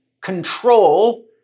control